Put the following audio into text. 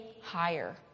higher